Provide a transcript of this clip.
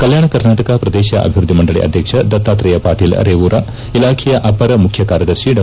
ಕಲ್ಲಾಣ ಕರ್ನಾಟಕ ಪ್ರದೇಶ ಅಭಿವೃದ್ದಿ ಮಂಡಳಿ ಅಧ್ಯಕ್ಷ ದತ್ತಾತ್ರೇಯ ಪಾಟೀಲ್ ರೇವೂರ ಇಲಾಖೆಯ ಅಪರ ಮುಖ್ಯಕಾರ್ಯದರ್ಶಿ ಡಾ